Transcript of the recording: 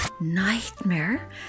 Nightmare